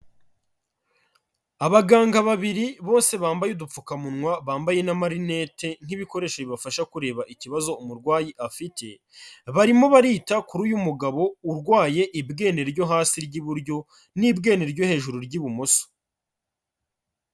Abaganga babiri bose bambaye udupfukamunwa, bambaye n'amarinete nk'ibikoresho bibafasha kureba ikibazo umurwayi afite, barimo barita kuri uyu mugabo urwaye ibwene ryo hasi ry'iburyo, n'ibwene ryo hejuru ry'ibumoso.